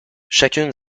chacune